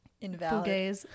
invalid